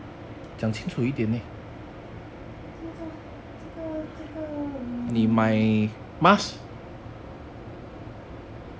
怎么这样这个这个 um